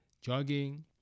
jogging